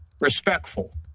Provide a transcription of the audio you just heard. respectful